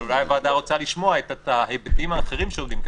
אבל אולי הוועדה רוצה לשמוע את ההיבטים האחרים שעומדים?